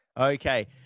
Okay